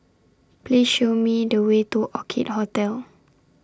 Please Show Me The Way to Orchid Hotel